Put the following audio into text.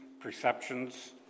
perceptions